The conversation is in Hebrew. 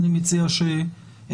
אני מציע שתיבדק,